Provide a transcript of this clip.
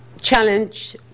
challenge